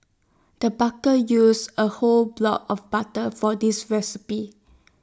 the barker used A whole block of butter for this recipe